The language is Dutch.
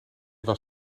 was